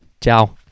Ciao